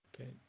Okay